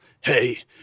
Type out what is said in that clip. Hey